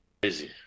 crazy